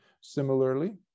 Similarly